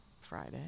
Friday